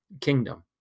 kingdom